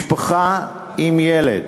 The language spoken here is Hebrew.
משפחה עם ילד